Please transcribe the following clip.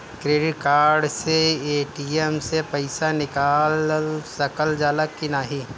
Credit card से ATM से पइसा निकाल सकल जाला की नाहीं?